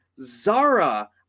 Zara